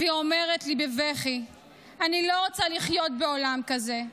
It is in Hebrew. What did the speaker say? והיא אומרת לי בבכי: אני לא רוצה לחיות בעולם כזה.